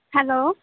hello